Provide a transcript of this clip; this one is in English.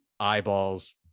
eyeballs